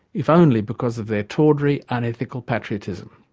if only because of their tawdry, unethical patriotism.